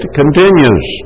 continues